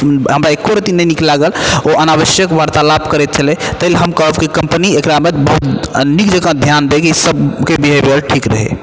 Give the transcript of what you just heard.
हमरा एक्को रति नहि नीक लागल ओ अनावश्यक वार्तालाप करैत छलै तै लए हम कहब कि कम्पनी एकरामे बहुत नीक जकाँ ध्यान दै कि सबके बिहेवियर ठीक रहय